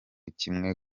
kimwe